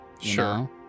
Sure